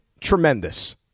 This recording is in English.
Tremendous